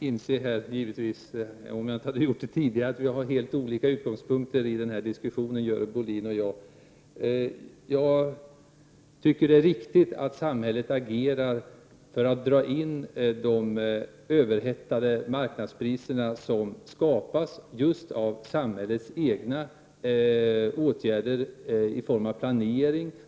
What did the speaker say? Herr talman! Om jag inte tidigare hade insett att Görel Bohlin och jag har helt olika utgångspunkter i denna debatt, skulle jag verkligen ha gjort det nu. Jag tycker att det är riktigt att samhället agerar för att dra in de överhettade markpriserna, som skapats just av samhällets egna åtgärder i form av planering.